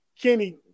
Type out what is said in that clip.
Kenny